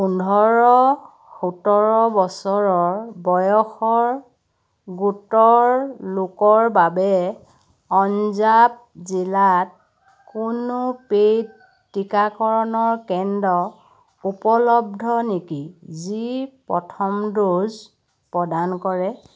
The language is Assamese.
পোন্ধৰ সোতৰ বছৰৰ বয়সৰ গোটৰ লোকৰ বাবে পঞ্জাৱ জিলাত কোনো পেইড টীকাকৰণৰ কেন্দ্ৰ উপলব্ধ নেকি যি প্ৰথম ড'জ প্ৰদান কৰে